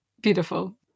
Beautiful